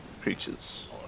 creatures